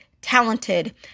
Talented